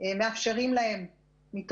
מאפשרים להם בקליק.